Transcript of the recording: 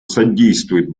содействует